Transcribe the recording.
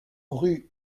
rue